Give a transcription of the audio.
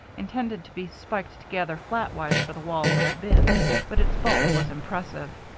intended to be spiked together flatwise for the walls of the bins, but its bulk was impressive.